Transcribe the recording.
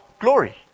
glory